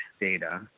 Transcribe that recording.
data